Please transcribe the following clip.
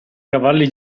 cavalli